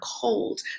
cold